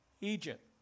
Egypt